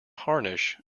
harnish